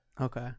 Okay